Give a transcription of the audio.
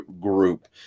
group